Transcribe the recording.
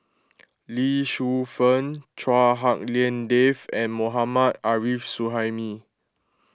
Lee Shu Fen Chua Hak Lien Dave and Mohammad Arif Suhaimi